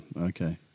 okay